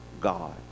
God